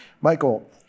Michael